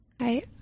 Hi